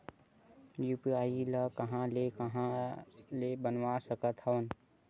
UPI ल कहां ले कहां ले बनवा सकत हन?